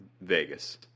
Vegas